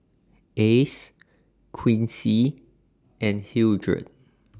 Ace Quincy and Hildred